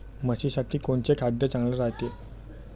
म्हशीसाठी कोनचे खाद्य चांगलं रायते?